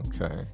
okay